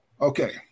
Okay